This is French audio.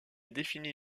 défini